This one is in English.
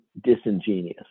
disingenuous